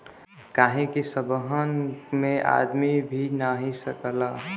काहे कि सबहन में आदमी पी नाही सकला